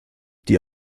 die